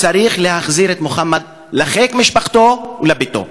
צריך להחזיר את מוחמד לחיק משפחתו ולביתו.